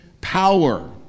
power